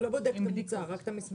אבל לא בודק את המוצר, רק את המסמכים.